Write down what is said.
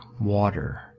water